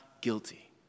guilty